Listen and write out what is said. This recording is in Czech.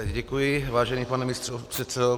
Děkuji, vážený pane místopředsedo.